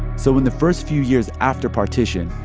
so in the first few years after partition,